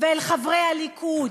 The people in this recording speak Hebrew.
ואל חברי הליכוד,